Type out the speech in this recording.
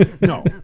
no